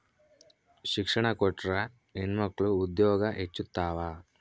ಶಿಕ್ಷಣ ಕೊಟ್ರ ಹೆಣ್ಮಕ್ಳು ಉದ್ಯೋಗ ಹೆಚ್ಚುತಾವ